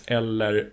eller